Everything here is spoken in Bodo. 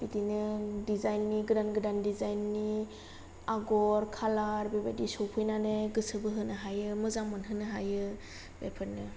बिदिनो दिजाइननि गोदान गोदान दिजाइननि आगर खालार बेबाइदि सफैनानै गोसो बोहोनो हायो मोजां मोनहोनो हायो बेफोरनो